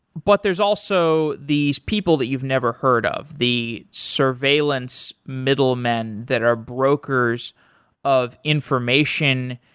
but there's also these people that you've never heard of, the surveillance middlemen that are brokers of information.